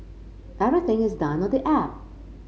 everything is done on the app